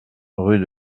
rue